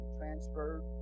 transferred